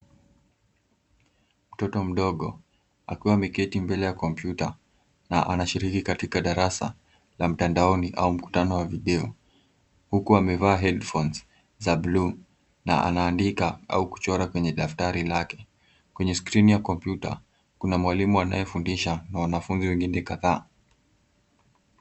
Mtoto mdogo, akiwa ameketi mbele ya kompyuta na anashiriki katika darasa la mtandaoni au mkutano wa video, huku amevaa headphones za bluu na anaandika au kuchora kwenye daftari lake. Kwenye skrini ya kompyuta, kuna mwalimu anayefundisha na wanafunzi wengine kadhaa.